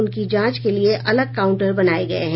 उनकी जांच के लिये अलग काउंटर बनाये गये हैं